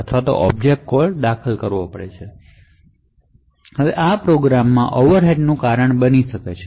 હવે આ પ્રોગ્રામમાં ઓવરહેડ્સનું કારણ બની શકે છે